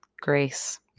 Grace